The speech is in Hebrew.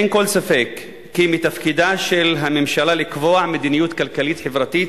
אין כל ספק כי מתפקידה של הממשלה לקבוע מדיניות כלכלית-חברתית